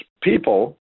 people